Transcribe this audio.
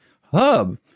hub